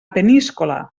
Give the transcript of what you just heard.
peníscola